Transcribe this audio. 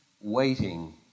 waiting